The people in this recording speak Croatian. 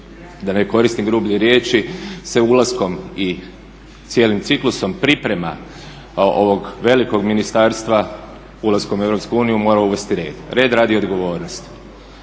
da ne koristim grublje riječi se ulaskom i cijelim ciklusom priprema ovog velikog ministarstva, ulaskom u EU mora uvesti red – red, rad i odgovornost.